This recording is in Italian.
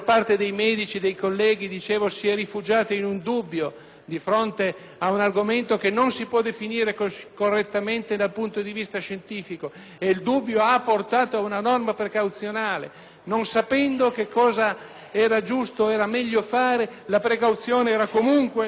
di fronte ad un argomento che non si può definire correttamente dal punto di vista scientifico. E il dubbio ha portato ad una norma precauzionale. Non sapendo che cosa era giusto o meglio fare, la precauzione era comunque salvare la vita, dare da mangiare e da bere a chi ne